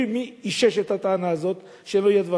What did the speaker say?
מי אישש את הטענה הזאת שאין לו שום יד ורגל?